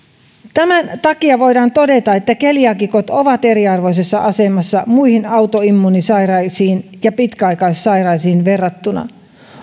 tämän takia voidaan todeta että keliaakikot ovat eriarvoisessa asemassa muihin autoimmuunisairaisiin ja pitkäaikaissairaisiin verrattuna